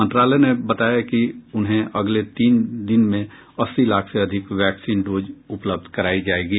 मंत्रालय ने बताया कि उन्हें अगले तीन दिन में अस्सी लाख से अधिक वैक्सीन डोज उपलब्ध कराई जाएंगी